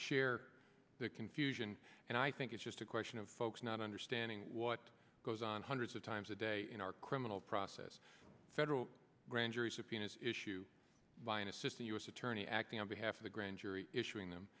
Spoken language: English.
share the confusion and i think it's just a question of folks not understanding what goes on hundreds of times a day in our criminal process federal grand jury subpoenas issued by an assistant u s attorney acting on behalf of the grand jury issuing them